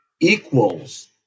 equals